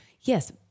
Yes